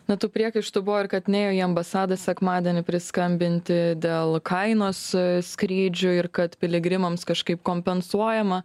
na tų priekaištų buvo ir kad nėjo į ambasadą sekmadienį priskambinti dėl kainos skrydžių ir kad piligrimams kažkaip kompensuojama